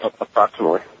approximately